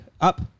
Up